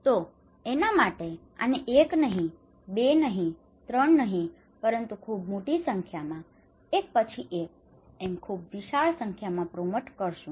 તો એના માટે આને 1 નહિ 3 નહીં પરંતુ ખૂબ મોટી સંખ્યામાં એક પછી એક એમ ખૂબ વિશાળ સંખ્યામાં પ્રોમોટ promote પ્રોત્સાહન કરશું